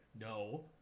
No